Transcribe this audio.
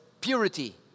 purity